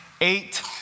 eight